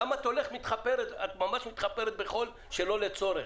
למה את מתחפרת בחול שלא לצורך?